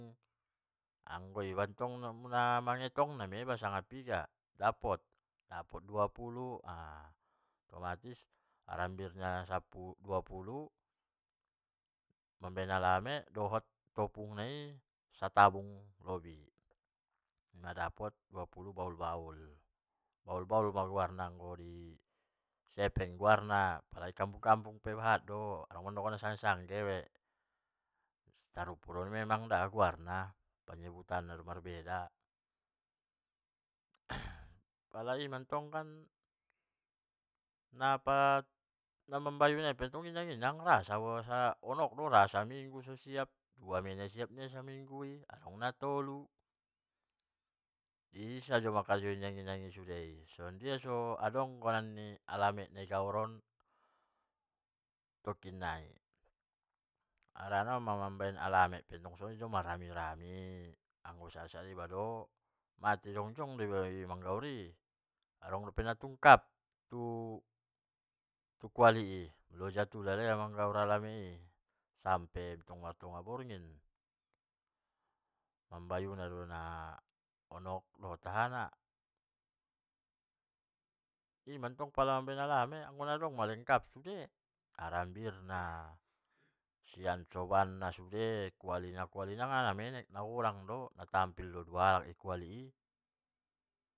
Anggoiba tong namangetong na do iba sanga piga dapot, dapot dua puluh otomatis harambirna duapuluh mambaen alame dohot topung nai satabung lonbi madapot dua puluh bahul-bahul, bahul-bahul ma guar anggo di cepreng, di kampung pe pala nda sangge-sangge, sarupo do memang da guarna pala penyebutanna pala inantongkan namambayu ai pe inang-inang honok do, ra saminggu, adong na dua ma siap nia saminggu i adong na 3 in sajo ma karejo ni inang-inang i sude i, son dia maa so adong ganan ni alame nadi gaor on tokkina i, harana nakkin mambaen alame rame-rame, anggo nasada iba do mate jonjong do iba non i manggaor i, adong dope non natungkap tu kuali i loja tu lalal ia manggaor alame i sampe tonga-tonga borngin, mambayuna do nahonok dohot ahana, in mantong pala mabaen alame okkon na lengkap do sude, harambirna, sian soban na sude, kualina, kualina nanggi namenek nagodang do, naditampil do tualak kuali i.